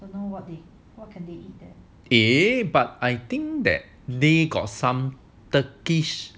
eh but I think that they got some turkish